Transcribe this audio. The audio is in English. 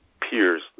peers